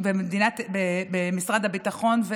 במשרד הביטחון,